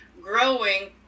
growing